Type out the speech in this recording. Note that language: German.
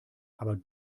aber